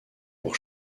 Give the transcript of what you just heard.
pour